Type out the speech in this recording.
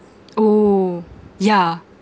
oh yeah